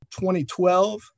2012